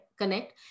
connect